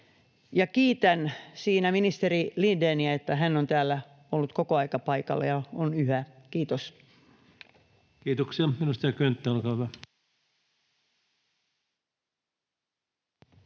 kiitän ministeri Lindéniä, että hän on ollut täällä koko ajan paikalla ja on yhä. — Kiitos. Kiitoksia. — Edustaja Könttä, olkaa hyvä.